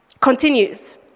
Continues